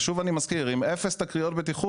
ושוב אני מזכיר, עם אפס תקריות בטיחות.